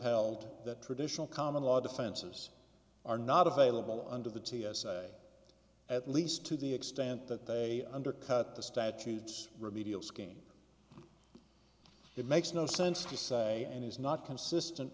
held that traditional common law defenses are not available under the t s a at least to the extent that they undercut the statutes remedial scheme it makes no sense to say and is not consistent